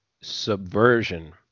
subversion